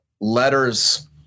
letters